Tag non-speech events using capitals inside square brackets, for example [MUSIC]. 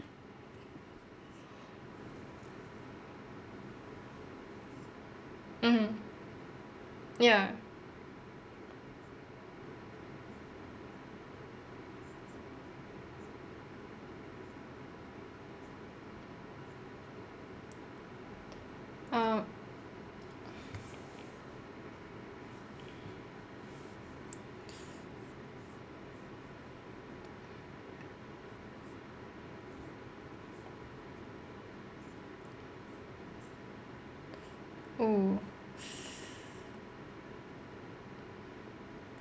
mmhmm ya uh oo [BREATH]